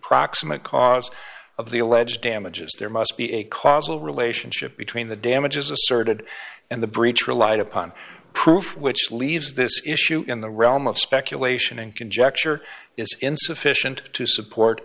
proximate cause of the alleged damages there must be a causal relationship between the damages asserted and the breach relied upon proof which leaves this issue in the realm of speculation and conjecture is insufficient to support